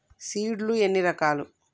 Seed లు ఎన్ని రకాలు?